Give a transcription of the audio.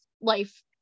life